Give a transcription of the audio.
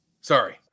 Sorry